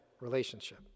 relationship